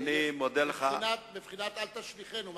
מבחינת "אל תשליכנו".